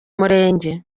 murenge